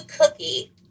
cookie